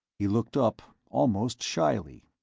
he looked up, almost shyly.